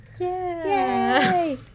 Yay